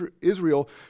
Israel